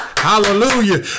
Hallelujah